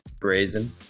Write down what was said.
Brazen